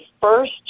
first